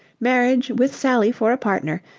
marriage, with sally for a partner,